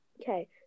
Okay